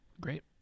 Great